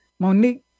Monique